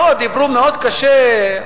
דיברו מאוד קשה: